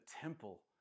temple